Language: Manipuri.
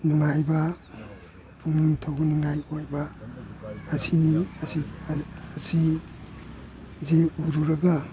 ꯅꯨꯡꯉꯥꯏꯕ ꯄꯨꯛꯅꯤꯡ ꯊꯧꯒꯠꯅꯤꯡꯉꯥꯏ ꯑꯣꯏꯕ ꯑꯁꯤꯅꯤ ꯑꯁꯤ ꯖꯤ ꯎꯔꯨꯔꯒ